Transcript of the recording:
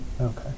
Okay